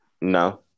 no